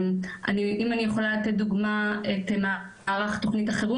אם אני יכולה לתת לדוגמה את מערך תוכנית החירום